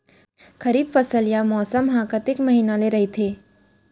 खरीफ फसल या मौसम हा कतेक महिना ले रहिथे?